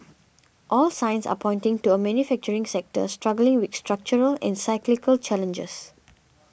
all signs are pointing to a manufacturing sector struggling with structural and cyclical challenges